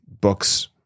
books